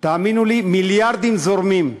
תאמינו לי, מיליארדים זורמים.